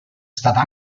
stata